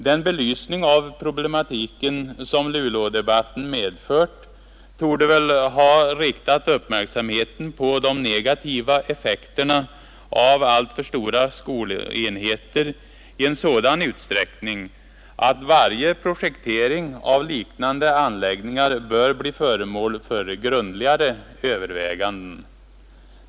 Den belysning av problematiken som Luleådebatten medfört torde ha riktat uppmärksamheten på de negativa effekterna av alltför stora skolenheter, så att varje projektering av liknande anläggningar nu blir föremål för grundligare överväganden.